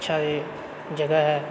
अच्छा जगह हइ